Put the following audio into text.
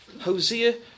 Hosea